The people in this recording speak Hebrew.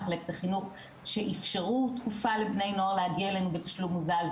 מחלקת החינוך שאפשרו תקופה לבני נוער להגיע אלינו בתשלום מוזל,